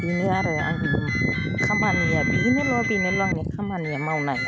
बेनो आरो आंनि खामानिया बिदिनोल' आंनि खामानिया मावनाय